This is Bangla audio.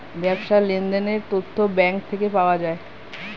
ব্যবসার লেনদেনের তথ্য ব্যাঙ্ক থেকে পাওয়া যায়